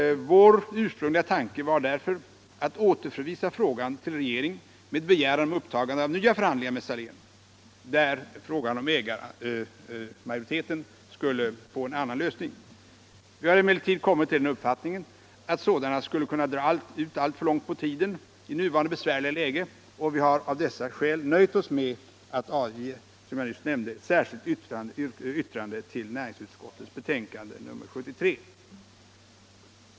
Vår ursprungliga tanke var därför att återförvisa frågan till regeringen med begäran om upptagande av nya förhandlingar med Saléns, där frågan om ägarmajoriteten skulle få en annan lösning. Vi har emellertid kommit till den uppfattningen att sådana förhandlingar skulle kunnna dra alltför långt ut på tiden i nuvarande besvärliga läge, och vi har av dessa skäl nöjt oss med att avge, som jag nyss nämnde, ett särskilt yttrande till näringsutskottets betänkande nr 73.